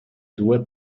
due